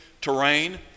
terrain